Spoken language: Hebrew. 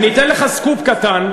אני אתן לך סקופ קטן,